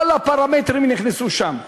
כל הפרמטרים נכנסו שם.